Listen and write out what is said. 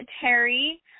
Terry